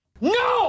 No